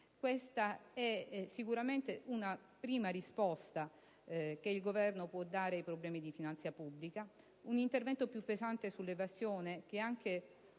questa è sicuramente una prima risposta che il Governo può dare ai problemi di finanza pubblica. Occorre però un intervento più pesante sull'evasione, che,